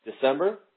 December